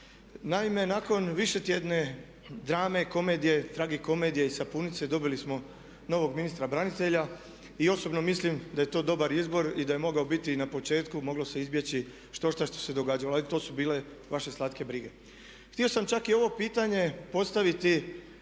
Naime, nakon višetjedne drame, komedije, tragikomedije i sapunice dobili smo novog ministra branitelja i osobno mislim da je to dobar izbor i da je mogao biti i na početku, moglo se izbjeći štošta što se događalo. Ali to su bile vaše slatke brige. Htio sam čak i ovo pitanje postaviti